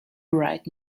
right